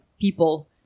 people